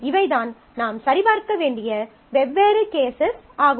இவைதான் நாம் சரிபார்க்க வேண்டிய வெவ்வேறு கேசஸ் ஆகும்